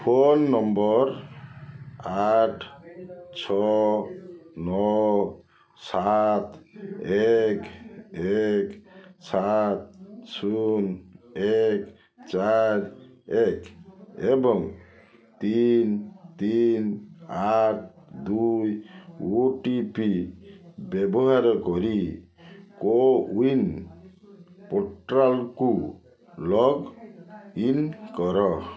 phone number ଆଠ ଛଅ ନଅ ସାତ ଏକ ଏକ ସାତ ଶୁନ ଏକ ଚାର ଏକ ଏବଂ ତିନି ତିନି ଆଠ ଦୁଇ ଓ ଟି ପି ବ୍ୟବହାର କରି କୋୱିନ୍ ପୋର୍ଟାଲ୍କୁ ଲଗ୍ଇନ୍ କର